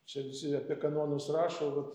čia visi apie kanonus rašo vat